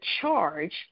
charge